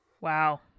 Wow